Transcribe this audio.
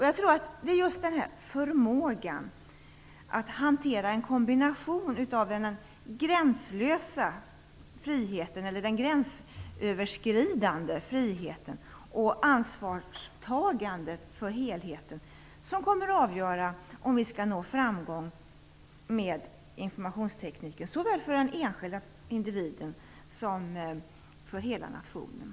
Jag tror att det just är förmågan att kunna hantera kombinationen av en gränslös, gränsöverskridande frihet och ett ansvarstagande för helheten som kommer att avgöra om vi når framgång med informationstekniken. Det gäller såväl för den enskilda individen som för hela nationen.